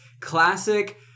classic